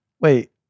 Wait